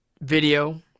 video